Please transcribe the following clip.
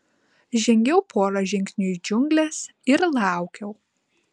žengiau porą žingsnių į džiungles ir laukiau